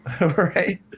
right